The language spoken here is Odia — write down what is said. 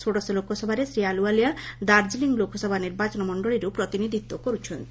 ଷୋଡଶ ଲୋକସଭାରେ ଶ୍ରୀ ଆଲ୍ଓ୍ବାଲିଆ ଦାର୍କିଲିଂ ଲୋକସଭା ନିର୍ବାଚନ ମଣ୍ଡଳୀରୁ ପ୍ରତିନିଧିତ୍ୱ କରୁଛନ୍ତି